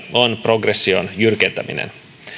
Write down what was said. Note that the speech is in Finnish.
on progression jyrkentäminen